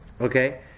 okay